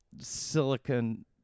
Silicon